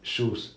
shoes